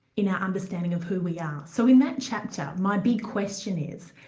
in our understanding of who we are. so in that chapter my big question is,